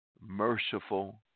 merciful